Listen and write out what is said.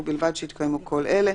ובלבד שיתקיימו כל אלה: